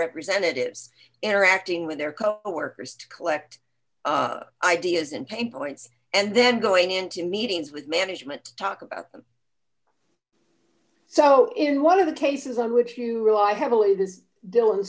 representatives interacting with their co workers to collect ideas and pain points and then going into meetings with management to talk about so in one of the cases on which you rely heavily this dylan